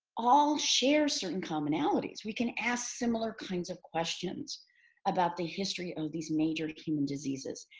all share certain commonalities. we can ask similar kinds of questions about the history of these major human diseases.